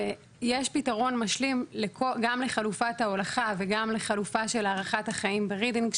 יש פתרון משלים גם לחלופת ההולכה וגם לחלופה של הארכת החיים ברידינג,